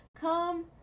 come